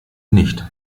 nicht